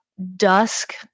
Dusk